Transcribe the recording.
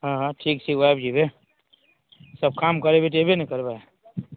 हँ हँ ठीक छै ओ आबि जेबै सब काम करेबै तऽ एबे ने करबै